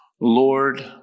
Lord